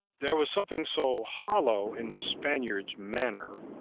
there was something so hollow in the spaniard's manner,